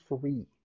free